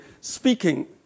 speaking